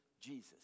Jesus